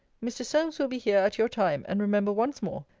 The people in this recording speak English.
mr. solmes will be here at your time and remember once more,